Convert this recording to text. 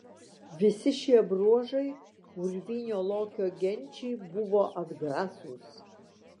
visi šie bruožai urvinio lokio genčiai buvo atgrasūs